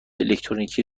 الکترونیکی